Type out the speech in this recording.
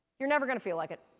you are never going to feel like it.